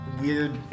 weird